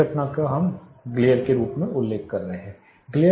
उस घटना के साथ हम ग्लेर का उल्लेख कर रहे हैं